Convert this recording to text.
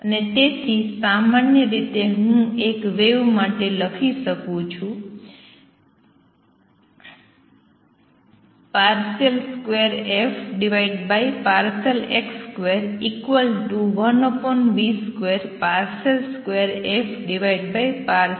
અને તેથી સામાન્ય રીતે હું એક વેવ માટે લખી શકું છું 2fx21v22ft2